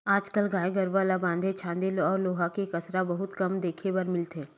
आज कल गाय गरूवा ल बांधे छांदे वाले लोहा के कांसरा बहुते कम देखे बर मिलथे